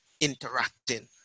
interacting